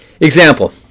Example